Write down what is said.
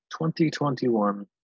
2021